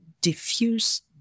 diffuse